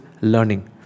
learning